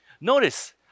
Notice